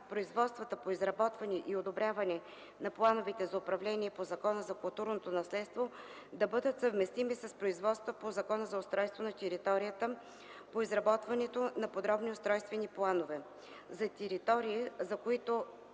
производствата по изработване и одобряване на плановете за управление по Закона за културното наследство да бъдат съвместими с производствата по Закона за устройство на територията по изработването на подробни устройствени планове. За територии, за които